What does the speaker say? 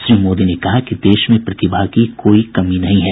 श्री मोदी ने कहा कि देश में प्रतिभा की कोई कमी नहीं है